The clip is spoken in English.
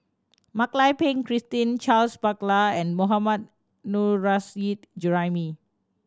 Mak Lai Peng Christine Charles Paglar and Mohammad Nurrasyid Juraimi